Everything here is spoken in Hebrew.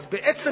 אז בעצם